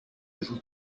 little